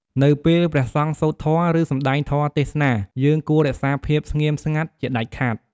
នៅពេលព្រះសង្ឃសូត្រធម៌ ឬសម្តែងធម៌ទេសនា យើងគួររក្សាភាពស្ងៀមស្ងាត់ជាដាច់ខាត។